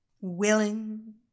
Willing